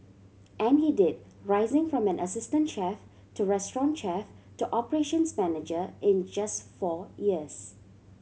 and he did rising from an assistant chef to restaurant chef to operations manager in just four years